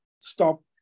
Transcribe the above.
stop